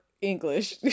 English